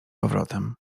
powrotem